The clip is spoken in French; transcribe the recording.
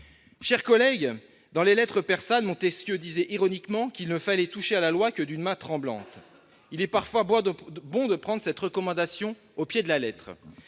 Chers collègues, dans les, Montesquieu disait ironiquement qu'il ne fallait toucher à la loi « que d'une main tremblante ». Il est parfois bon de prendre cette recommandation au pied de la lettre.